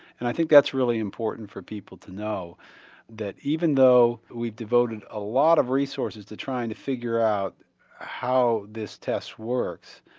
and i think that's really important for people to know that even though we devoted a lot of resources to try and figure out how this test works,